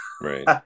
Right